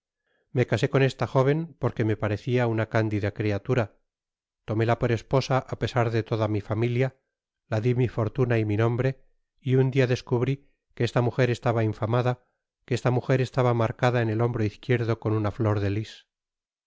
me casé con esta jóven porque me parecia una cándida criatura toméla por esposa á pesar de toda mi familia la di mi fortuna y mi nombre y un dia descubri que esta mujer estaba infamada que esta mujer estaba marcada en el hombro izquierdo con una flor de lis